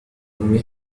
أمي